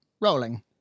Rolling